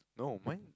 no mine